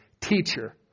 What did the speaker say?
teacher